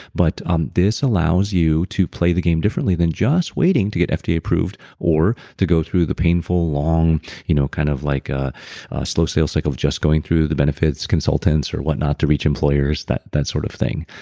but um this allows you to play the game differently than just waiting to get fda approved or to go through the painful long you know kind of like ah slow sale cycle of just going through the benefits consultants or whatnot to reach employers, that that sort of thing.